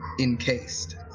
encased